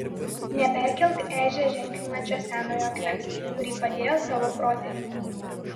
neperkelk ežią ženklinančio senojo akmens kurį padėjo tavo protėviai